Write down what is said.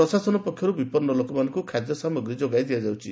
ପ୍ରଶାସନ ପକ୍ଷରୁ ବିପନ୍ନ ଲୋକମାନଙ୍କୁ ଖାଦ୍ୟ ସାମଗ୍ରୀ ଯୋଗାଇ ଦିଆଯାଉଛି